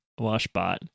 Washbot